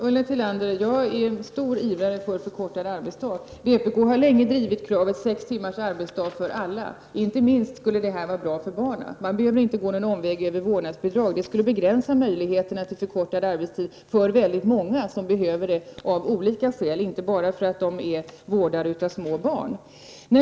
Herr talman! Jag är, Ulla Tillander, en stor ivrare för kortare arbetsdag. Vpk har länge drivit kravet på sex timmars arbetsdag för alla. Inte minst bra skulle det vara för barnen. Man behöver inte gå någon omväg över vårdnadsbidraget. Det skulle begränsa möjligheterna till en kortare arbetstid för väldigt många som av olika skäl behöver en förkortning, inte bara därför att de är vårdare av små barn.